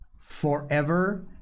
Forever